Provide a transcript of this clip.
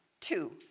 Two